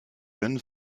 jeune